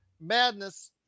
Madness